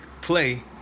play